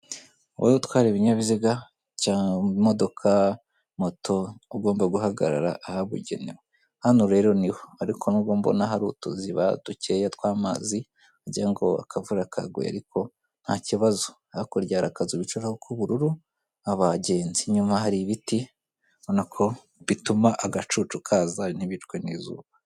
Wowe utwara ibinyabiziga imodoka, moto ugomba guhagarara ahabugenewe. Hano rero niho, ariko nubwo mbona hari utuziba dukeya tw'amazi ugira ngo akavura kaguye ariko ntakibazo hakurya hari akazu bicara k'ubururu nk'abagenzi. Inyuma hari ibiti ubona ko bituma agacucu kaza ntibicwe n'izuba.